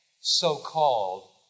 so-called